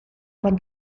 von